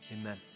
amen